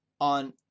on